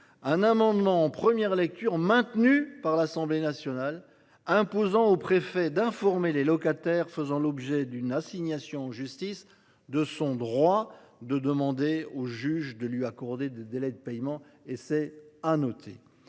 un amendement en première lecture maintenue par l'Assemblée nationale imposant au préfet d'informer les locataires faisant l'objet d'une assignation en justice, de son droit de demander au juge de lui accorder des délais de paiement, et c'est à noter.